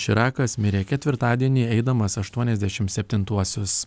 širakas mirė ketvirtadienį eidamas aštuoniasdešim septintuosius